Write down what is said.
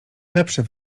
lepszy